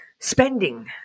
spending